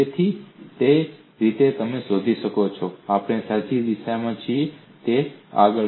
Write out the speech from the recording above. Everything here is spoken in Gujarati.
તેથી તે રીતે તમે શોધી શકો છો કે આપણે સાચી દિશામાં છીએ તેથી આગળ